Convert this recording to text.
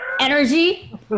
energy